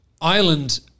Ireland